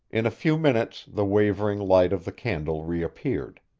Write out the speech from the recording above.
in a few minutes the wavering light of the candle reappeared.